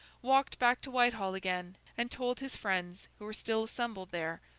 walked back to whitehall again, and told his friends, who were still assembled there,